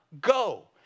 go